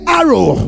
arrow